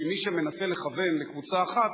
כי מי שמנסה לכוון לקבוצה אחת,